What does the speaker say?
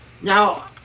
Now